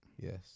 Yes